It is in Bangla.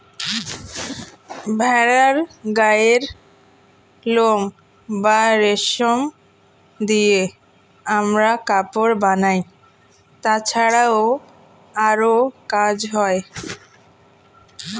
ভেড়ার গায়ের লোম বা রেশম দিয়ে আমরা কাপড় বানাই, তাছাড়াও আরো কাজ হয়